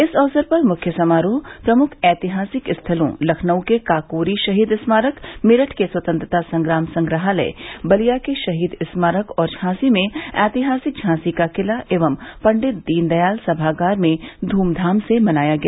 इस अवसर पर मुख्य समारोह प्रमुख ऐतिहासिक स्थलों लखनऊ के काकोरी शहीद स्मारक मेरठ के स्वतंत्रता संग्राम संग्रहालय बलिया के शहीद स्मारक और झांसी में ऐतिहासिक झांसी का किला एवं पंडित दीनदयाल सभागार में धूम्धाम से मनाया गया